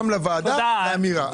גם לוועדה כאמירה.